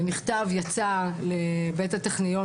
מכתב יצא מאת הטכניון,